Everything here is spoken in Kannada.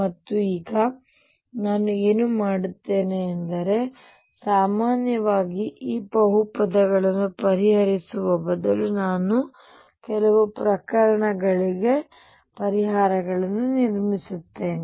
ಮತ್ತು ಈಗ ನಾನು ಏನು ಮಾಡುತ್ತೇನೆ ಎಂದರೆ ಸಾಮಾನ್ಯವಾಗಿ ಈ ಬಹುಪದವನ್ನು ಪರಿಹರಿಸುವ ಬದಲು ನಾನು ಕೆಲವು ಪ್ರಕರಣಗಳಿಗೆ ಪರಿಹಾರವನ್ನು ನಿರ್ಮಿಸುತ್ತೇನೆ